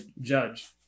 judge